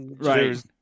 right